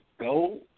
go